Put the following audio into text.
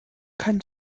keinen